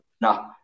Nah